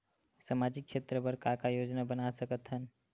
सामाजिक क्षेत्र बर का का योजना बना सकत हन?